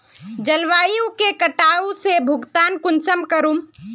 जलवायु के कटाव से भुगतान कुंसम करूम?